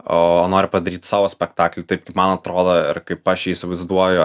o noriu padaryt savo spektaklį taip kaip man atrodo ir kaip aš jį įsivaizduoju